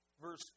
verse